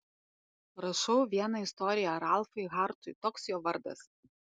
rašau vieną istoriją ralfai hartui toks jo vardas